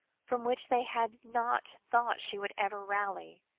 from which they had not thought she would ever rally.